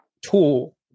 tool